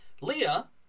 Leah